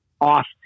off